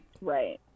right